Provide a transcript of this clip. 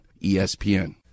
ESPN